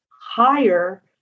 higher